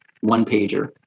one-pager